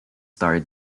star